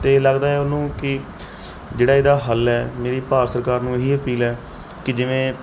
ਅਤੇ ਲੱਗਦਾ ਉਹਨੂੰ ਕਿ ਜਿਹੜਾ ਇਹਦਾ ਹੱਲ ਹੈ ਮੇਰੀ ਭਾਰਤ ਸਰਕਾਰ ਨੂੰ ਇਹੀ ਅਪੀਲ ਹੈ ਕਿ ਜਿਵੇਂ